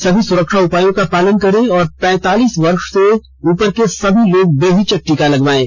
सभी सुरक्षा उपायों का पालन करें और पैंतालीस वर्ष से उपर के सभी लोग बेहिचक टीका लगवायें